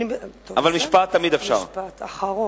משפט אחרון.